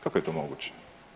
Kako je to moguće?